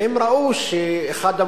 והם ראו שאחד המקומות,